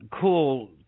cool